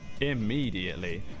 immediately